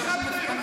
זה רשום בתקנון?